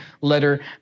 letter